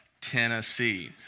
Tennessee